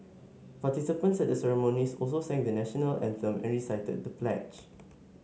participants at the ceremonies also sang the National Anthem and recited the pledge